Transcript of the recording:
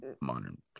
modern